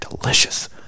delicious